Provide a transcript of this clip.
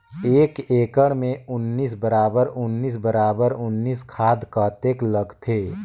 एक एकड़ मे उन्नीस बराबर उन्नीस बराबर उन्नीस खाद कतेक लगथे?